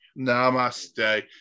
Namaste